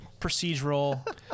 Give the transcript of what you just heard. procedural